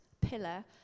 pillar